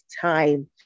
time